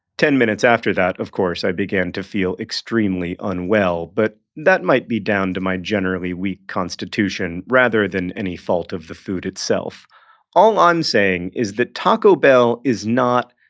ten minutes after that, of course, i began to feel extremely unwell but that might be down to my generally weak constitution rather than any fault of the food itself all i'm saying is that taco bell is not,